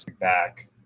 back